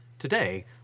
Today